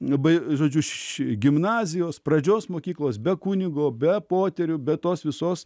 labai žodžiu iš gimnazijos pradžios mokyklos be kunigo be poterių be tos visos